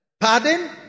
Pardon